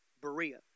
Berea